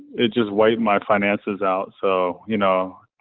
it just way my finances out. so, you know,